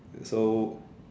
so